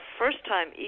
first-time